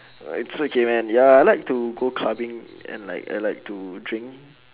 err it's okay man ya I like to go clubbing and like I like to drink